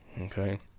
okay